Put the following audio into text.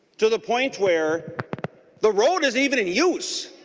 to the point where the road is even in use